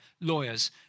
lawyers